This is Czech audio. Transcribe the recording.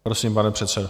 Prosím, pane předsedo.